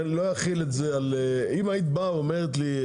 אם היית אומרת לי,